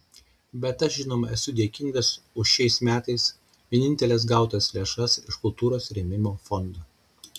bet aš žinoma esu dėkingas už šiais metais vieninteles gautas lėšas iš kultūros rėmimo fondo